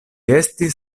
estis